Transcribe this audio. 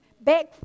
back